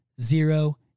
zero